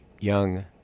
young